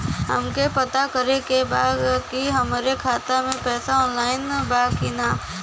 हमके पता करे के बा कि हमरे खाता में पैसा ऑइल बा कि ना?